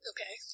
Okay